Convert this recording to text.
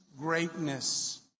greatness